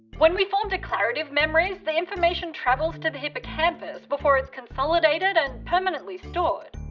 when we form declarative memories, the information travels to the hippocampus before it's consolidated and permanently stored.